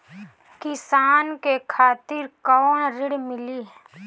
किसान के खातिर कौन ऋण मिली?